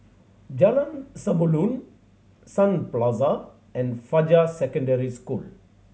Jalan Samulun Sun Plaza and Fajar Secondary School